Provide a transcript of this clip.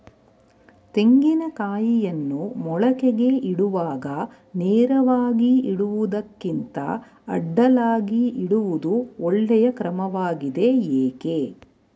ತೆಂಗಿನ ಕಾಯಿಯನ್ನು ಮೊಳಕೆಗೆ ಇಡುವಾಗ ನೇರವಾಗಿ ಇಡುವುದಕ್ಕಿಂತ ಅಡ್ಡಲಾಗಿ ಇಡುವುದು ಒಳ್ಳೆಯ ಕ್ರಮವಾಗಿದೆ ಏಕೆ?